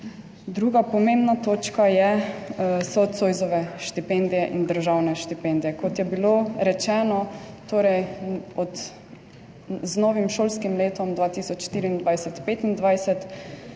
Druga pomembna točka so Zoisove štipendije in državne štipendije. Kot je bilo rečeno, z novim šolskim letom 2024/2025